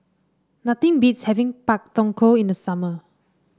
nothing beats having Pak Thong Ko in the summer